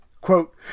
Quote